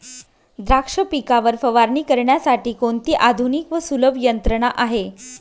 द्राक्ष पिकावर फवारणी करण्यासाठी कोणती आधुनिक व सुलभ यंत्रणा आहे?